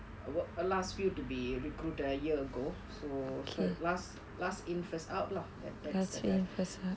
we~ last few to be recruited a year ago so fi~ last last in first out lah